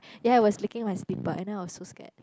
ya it was licking my slipper and then I was so scared